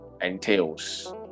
entails